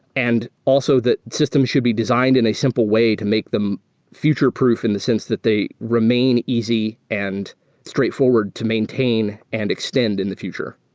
and also, the system should be designed in a simple way to make them future proof in the sense that they remain easy and straightforward to maintain and extend in the future.